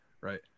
right